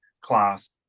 class